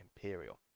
Imperial